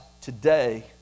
today